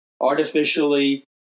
artificially